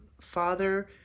father